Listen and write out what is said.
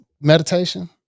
meditation